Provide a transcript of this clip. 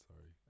sorry